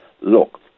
look